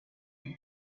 you